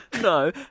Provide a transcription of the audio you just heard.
No